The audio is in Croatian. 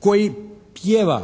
koji pjeva